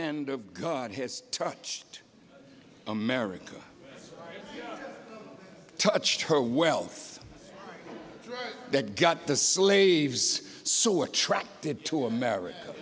hand of god has touched america touched her wealth that got the slaves so attracted to america